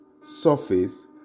surface